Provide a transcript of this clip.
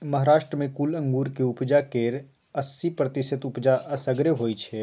महाराष्ट्र मे कुल अंगुरक उपजा केर अस्सी प्रतिशत उपजा असगरे होइ छै